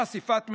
לחשיפת מידע,